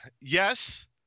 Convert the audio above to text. yes